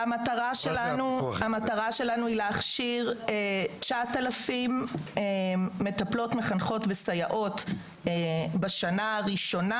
המטרה שלנו היא להכשיר 9,000 מטפלות מחנכות וסייעות בשנה הראשונה.